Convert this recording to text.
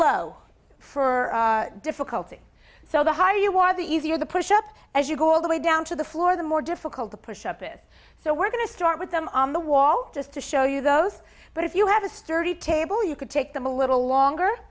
low for difficulty so the higher you are the easier the push up as you go all the way down to the floor the more difficult to push up it so we're going to start with them on the wall just to show you those but if you have a sturdy table you could take them a little